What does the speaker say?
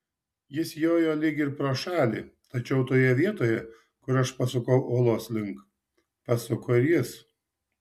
jis jojo lyg ir pro šalį tačiau toje vietoje kur aš pasukau uolos link pasuko ir jis